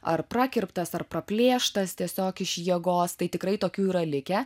ar prakirptas ar praplėštas tiesiog iš jėgos tai tikrai tokių yra likę